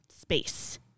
space